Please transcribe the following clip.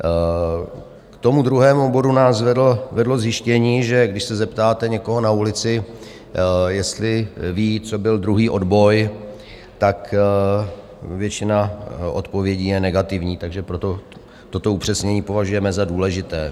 K tomu druhému bodu nás vedlo zjištění, že když se zeptáte někoho na ulici, jestli ví, co byl druhý odboj, většina odpovědí je negativní, takže proto toto upřesnění považujeme za důležité.